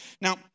Now